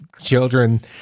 children